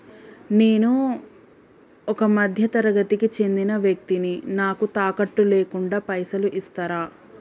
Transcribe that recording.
నేను ఒక మధ్య తరగతి కి చెందిన వ్యక్తిని నాకు తాకట్టు లేకుండా పైసలు ఇస్తరా?